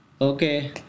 Okay